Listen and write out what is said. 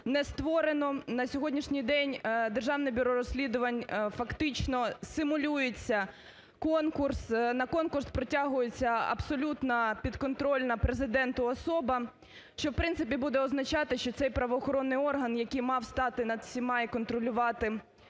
не створено. На сьогоднішній день Державне бюро розслідувань фактично симулюється конкурс, на конкурс притягується абсолютно підконтрольна Президенту особа, що, в принципі, буде означати, що цей правоохоронний орган, який мав стати над всіма і контролювати